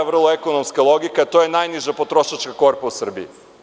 Ekonomska logika, to je najniža potrošačka korpa u Srbiji.